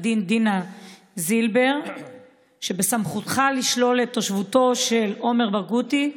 דינה זילבר שבסמכותך לשלול את תושבותו של עומר ברגותי,